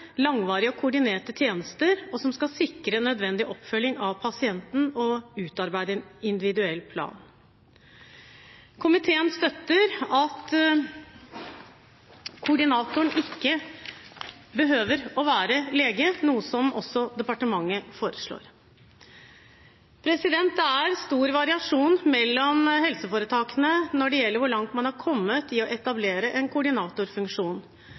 langvarige og koordinerte tjenester, sikre nødvendig oppfølging av pasienten og utarbeide en individuell plan. Komiteen støtter at koordinatoren ikke behøver å være lege, noe som også departementet foreslår. Det er stor variasjon mellom helseforetakene når det gjelder hvor langt man har kommet i å etablere en koordinatorfunksjon,